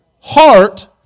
Heart